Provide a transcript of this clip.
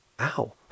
ow